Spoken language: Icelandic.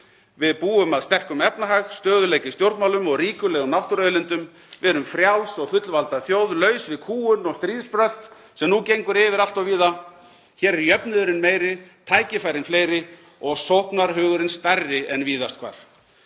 Við búum að sterkum efnahag, stöðugleika í stjórnmálum og ríkulegum náttúruauðlindum. Við erum frjáls og fullvalda þjóð, laus við kúgun og stríðsbrölt sem nú gengur yfir allt of víða. Hér er jöfnuðurinn meiri, tækifærin fleiri og sóknarhugurinn stærri en víðast hvar.